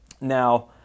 Now